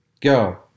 Go